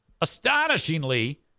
Astonishingly